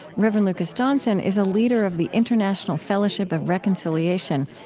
reverend lucas johnson is a leader of the international fellowship of reconciliation,